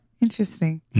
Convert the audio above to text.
Interesting